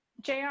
JR